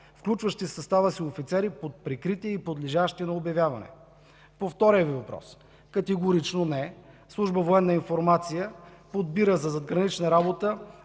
включващи в състава си офицери под прикритие и подлежащи на обявяване. По втория Ви въпрос: категорично „Не!”. Служба „Военна информация” подбира за задгранична работа